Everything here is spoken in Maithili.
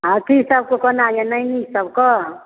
अथीसबके कोना अइ नैनीसबके